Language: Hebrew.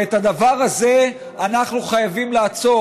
ואת הדבר הזה אנחנו חייבים לעצור.